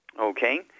okay